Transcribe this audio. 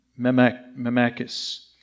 memacus